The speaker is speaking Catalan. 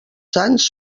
sants